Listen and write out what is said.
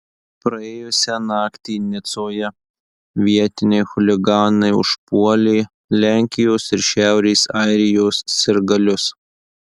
praėjusią naktį nicoje vietiniai chuliganai užpuolė lenkijos ir šiaurės airijos sirgalius